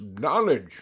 knowledge